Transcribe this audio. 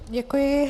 Děkuji.